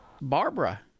Barbara